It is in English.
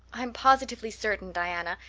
i'm positively certain, diana,